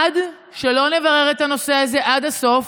עד שלא נברר את הנושא הזה עד הסוף,